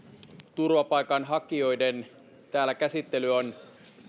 turvapaikanhakijoiden asioiden käsittely täällä on